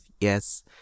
Yes